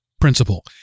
principle